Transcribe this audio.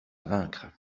vaincre